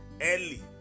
early